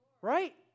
right